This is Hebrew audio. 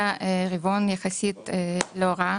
היה רבעון יחסית לא רע,